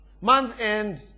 month-end